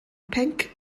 pinc